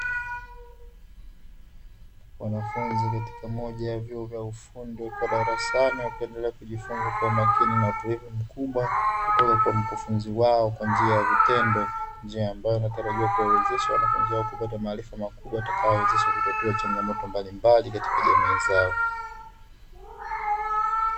Wanafunzi katika moja ya vyuo vya ufundi wakiwa darasani wakiendelea kujifunza kwa umakini na utulivu mkubwa kutoka kwa mkufunzi wao kaa njia ya vitendo. Njia ambayo inatarajiwa kuwawezesha wanafunzi hao kupata maarifa makubwa yatakayowawezesha kutatua changamoto mbalimbali katika jamii zao.